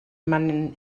manen